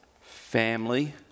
family